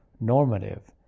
normative